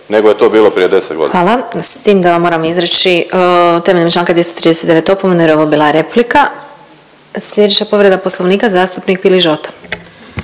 nego je to bilo prije 10 godina. **Glasovac, Sabina (SDP)** Hvala. S tim da vam moram izreći temeljem članka 239. opomenu jer je ovo bila replika. Sljedeća povreda Poslovnika zastupnik Piližota.